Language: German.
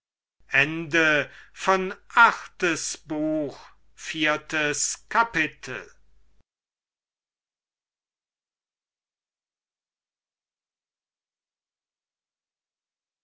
achtes buch erstes kapitel